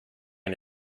and